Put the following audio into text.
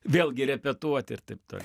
vėlgi repetuoti ir taip toliau